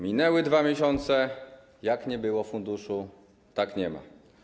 Minęły 2 miesiące, jak nie było funduszu, tak nie ma.